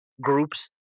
groups